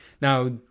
Now